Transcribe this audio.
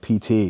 PT